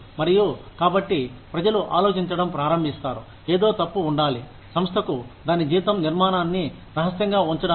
మరియు కాబట్టి ప్రజలు ఆలోచించడం ప్రారంభిస్తారు ఏదో తప్పు ఉండాలి సంస్థకు దాని జీతం నిర్మాణాన్ని రహస్యంగా ఉంచడానికి